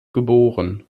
geboren